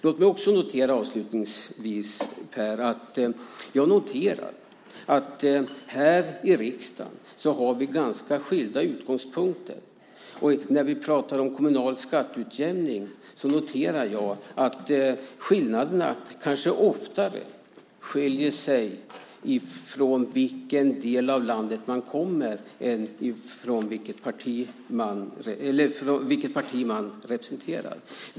Låt mig avslutningsvis säga, Pär, att jag noterar att vi här i riksdagen har ganska skilda utgångspunkter. När vi pratar om kommunal skatteutjämning noterar jag att skillnaderna kanske oftare beror på vilken del av landet man kommer från än på vilket parti man representerar.